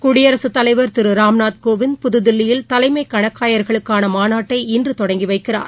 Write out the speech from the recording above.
குடியரகுத் தலைவர் கோவிந்த் புதுதில்லியில் திரு தலைமை கணக்காயர்களுக்கான மாநாட்டை இன்று தொடங்கி வைக்கிறார்